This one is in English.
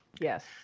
Yes